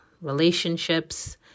relationships